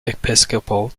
episcopal